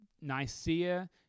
Nicaea